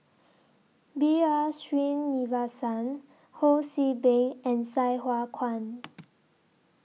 B R Sreenivasan Ho See Beng and Sai Hua Kuan